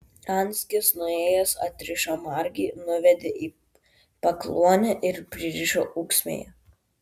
anskis nuėjęs atrišo margį nuvedė į pakluonę ir pririšo ūksmėje